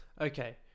Okay